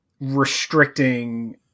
restricting